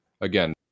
again